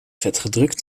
vetgedrukt